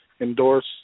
endorse